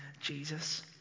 Jesus